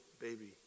baby